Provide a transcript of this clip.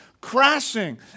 crashing